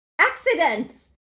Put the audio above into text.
Accidents